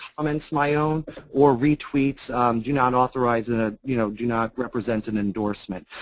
comments my own or retweets um do not authorize, ah you know do not represent an endorsement,